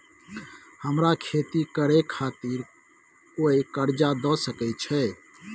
हमरा खेती करे खातिर कोय कर्जा द सकय छै?